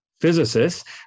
physicists